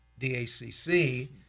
DACC